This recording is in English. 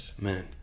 Man